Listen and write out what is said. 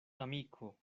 amiko